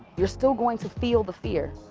you're still going to feel the fear,